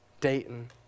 Dayton